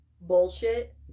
bullshit